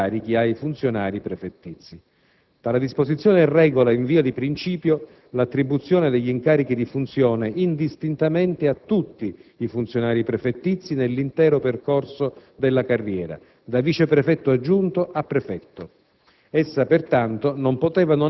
che disciplina il conferimento degli incarichi ai funzionari prefettizi. Tale disposizione regola, in via di principio, l'attribuzione degli incarichi di funzione indistintamente a tutti i funzionari prefettizi nell'intero percorso di carriera, da viceprefetto aggiunto a prefetto;